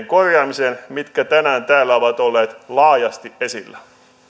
korjaamiseen mitkä tänään täällä ovat olleet laajasti esillä